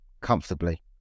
comfortably